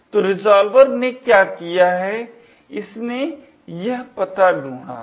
तो रिज़ॉल्वर ने क्या किया है इसने यह पता ढूढा है